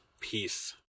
Peace